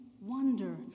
wonder